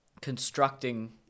constructing